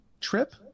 trip